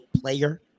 player